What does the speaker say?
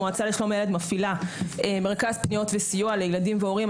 המועצה לשלום הילד מפעילה מרכז פניות וסיוע לילדים והורים,